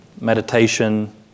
meditation